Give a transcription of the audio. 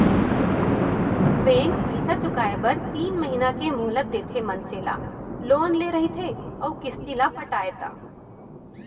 bank पइसा चुकाए बर तीन महिना के मोहलत देथे मनसे ला लोन ले रहिथे अउ किस्ती ल पटाय ता